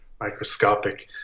microscopic